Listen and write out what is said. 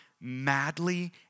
madly